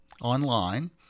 online